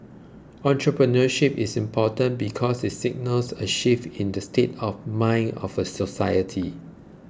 entrepreneurship is important because it signals a shift in the state of mind of a society